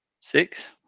six